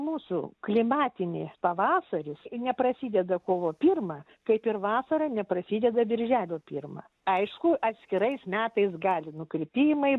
mūsų klimatinė pavasaris neprasideda kovo pirmą kaip ir vasara neprasideda birželio pirmą aišku atskirais metais gali nukritimai